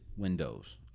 windows